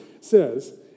says